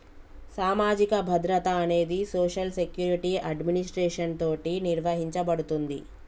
సామాజిక భద్రత అనేది సోషల్ సెక్యురిటి అడ్మినిస్ట్రేషన్ తోటి నిర్వహించబడుతుంది